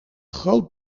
groot